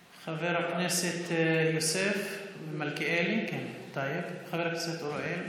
בעד, חבר הכנסת יברקן, בעד,